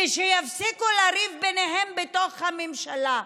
כשיפסיקו לריב ביניהם בתוך הממשלה.